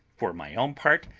for my own part,